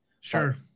Sure